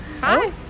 Hi